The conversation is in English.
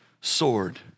sword